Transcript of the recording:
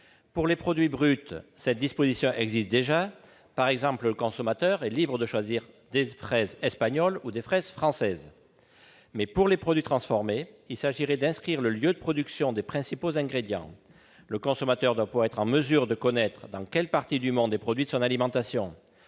Pour les produits bruts, cette disposition existe déjà. Par exemple, le consommateur est libre de choisir des fraises espagnoles ou des fraises françaises. Pour les produits transformés, il s'agirait d'inscrire le lieu de production des principaux ingrédients. Le consommateur doit pouvoir être en mesure de connaître dans quelle partie du monde est produite son alimentation.